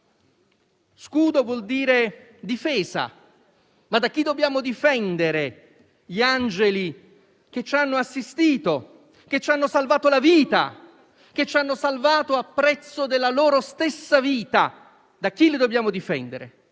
Scudo vuol dire difesa, ma da chi dobbiamo difendere gli angeli che ci hanno assistito, che ci hanno salvato la vita, che ci hanno salvato a prezzo della loro stessa vita? Da chi li dobbiamo difendere?